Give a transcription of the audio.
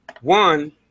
one